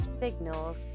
Signals